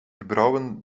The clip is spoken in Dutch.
gebrouwen